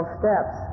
steps